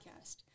podcast